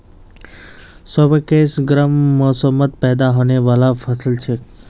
squash गर्म मौसमत पैदा होने बाला फसल छिके